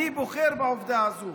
אני בוחר בעובדה הזאת.